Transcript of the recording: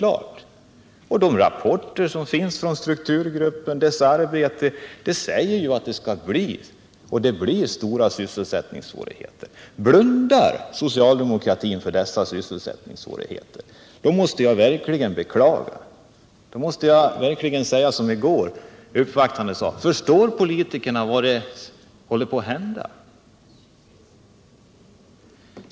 Av de rapporter som finns från strukturgruppen framgår det klart att det kommeratt bli stora sysselsättningsvårigheter. Om socialdemokratin blundar för dem måste jag verkligen beklaga — då måste jag säga som de uppvaktande sade i går: Förstår politikerna vad som håller på att hända?